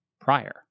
prior